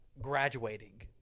graduating